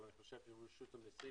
אבל רשות המסים